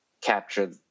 capture